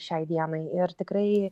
šiai dienai ir tikrai